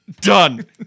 Done